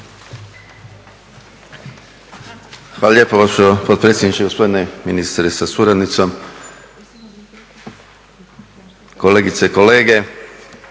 Hvala lijepa gospođo potpredsjednice, gospodine ministre sa suradnicom, kolegice i kolege.